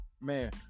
man